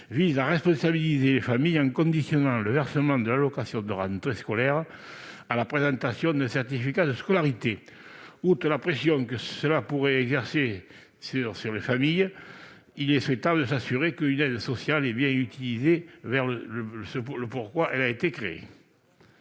vise à responsabiliser les familles en conditionnant le versement de l'allocation de rentrée scolaire à la présentation d'un certificat de scolarité. Outre la pression que pourrait exercer cette mesure sur les familles, il est souhaitable de s'assurer qu'une aide sociale est bien utilisée conformément à